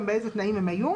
איפה ובאיזה תנאים הם היו,